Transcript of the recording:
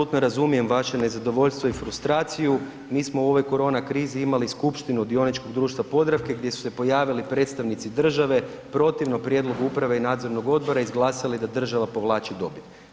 Apsolutno razumijem vaše nezadovoljstvo i frustraciju, mi smo u ovoj koronakrizi imali skupštinu dioničkog društva Podravke gdje su se pojavili predstavnici države protivno prijedlogu uprave i nadzornog odbora i izglasali da država povlači dobit.